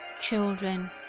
children